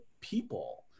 people